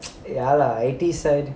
ya lah I_T side